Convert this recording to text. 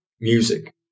Music